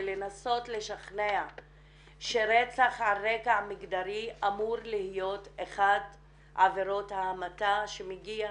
לנסות לשכנע שרצח על רקע מגדרי אמור להיות אחת מעבירות ההמתה שמגיע